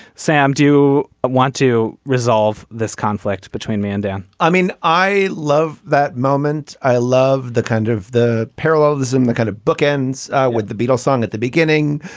sam do you want to resolve this conflict between man down i mean i love that moment. i love the kind of the parallelism the kind of book ends with the beatles song at the beginning.